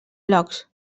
blocs